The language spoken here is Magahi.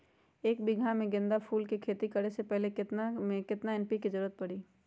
एक बीघा में गेंदा फूल के खेती करे से पहले केतना खेत में केतना एन.पी.के के जरूरत परी?